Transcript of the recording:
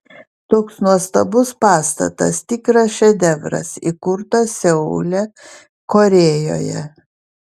toks nuostabus pastatas tikras šedevras įkurtas seule korėjoje